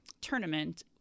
tournament